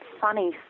funny